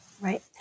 Right